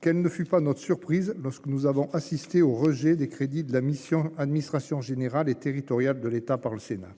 Quelle ne fut pas notre surprise lorsque nous avons assisté au rejet des crédits de la mission Administration générale et territoriale de l'État par le Sénat.